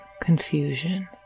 confusion